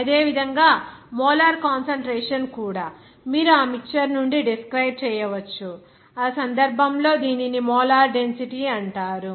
అదేవిధంగా molar concentration కూడా మీరు ఆ మిక్చర్ నుండి డిస్క్రైబ్ చేయవచ్చు ఆ సందర్భంలో దీనిని మోలార్ డెన్సిటీ అంటారు